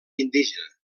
indígena